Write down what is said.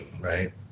right